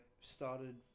started